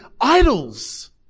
idols